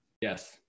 yes